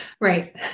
Right